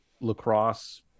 LaCrosse